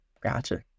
Gotcha